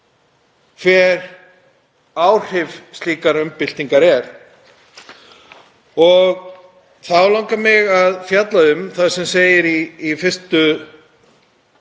hver áhrif slíkrar umbyltingar eru. Þá langar mig að fjalla um það sem segir í 1.